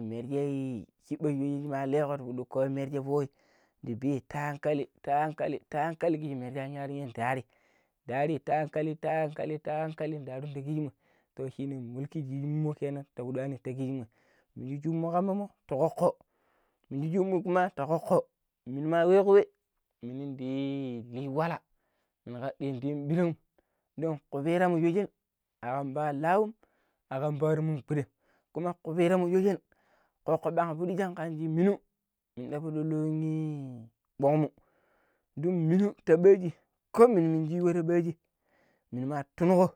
merje shibba shi pidi kiji merje foi nda be ta hankali ta hankali ta hankali kijji merje ntariyan ndari ndarin ta hankali ta hankali ta hankalin ndarun kijimmoi to shine mulki jijimumo kenan ndarun ta kijimmoi, miniji shubu mu kam ti kokko mini shubu mu kam ti kokko, minu ma nwe we minu ndi hi wala mini ndi yun birang don kupira baaji akam paaro lau akan paaro mun gbude kuma kupiraamo shoojen kokko bang birang fudi shiminu ta lungi bongmu nlon minu ta baaji ko minuji ta baaji minu no tunuko yanayin yada walashi minaka.